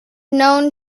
known